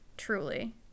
truly